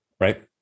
right